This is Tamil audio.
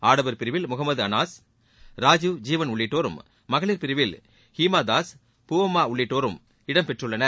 ஆடவர் பிரிவில் முகமது அனாஸ் ராஜீவ் ஜீவன் உள்ளிட்டோரும் மகளிர் பிரிவில் ஹீமா தாஸ் பூவம்மா உள்ளிட்டோரும் இதில் இடம் பெற்றுள்ளார்